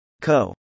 Co